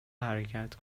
حرکت